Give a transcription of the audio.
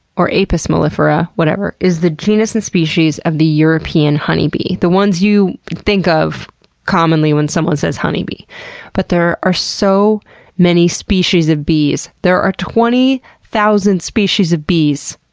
or ape-iss mellifera, whatever, is the genus and species of the european honey bee, the ones you think of commonly when someone says, honey bee but there are so many species of bees. there are twenty thousand species of bees.